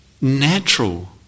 natural